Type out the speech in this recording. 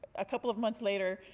a couple of months later,